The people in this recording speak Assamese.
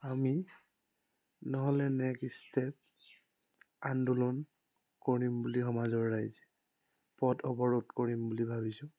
আমি নহ'লে নেক্সট ষ্টেপ আন্দোলন কৰিম বুলি সমাজৰ ৰাইজে পথ অৱৰোধ কৰিম বুলি ভাবিছোঁ